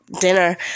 dinner